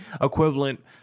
equivalent